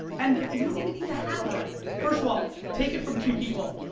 and you don't even need to have right. first of all, take it from two people,